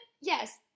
yes